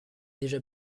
déjà